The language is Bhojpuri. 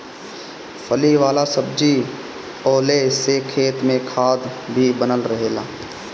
फली वाला सब्जी बोअला से खेत में खाद भी बनल रहेला